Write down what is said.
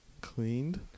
cleaned